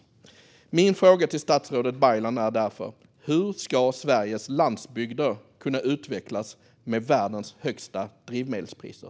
Min fråga till statsrådet Baylan är därför: Hur ska Sveriges landsbygder kunna utvecklas med världens högsta drivmedelspriser?